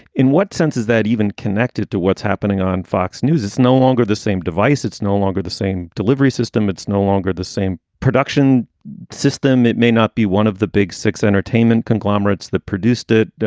in what sense is that even connected to what's happening on fox news? it's no longer the same device. it's no longer the same delivery system. it's no longer the same production system. it may not be one of the big six entertainment conglomerates that produced it.